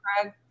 Craig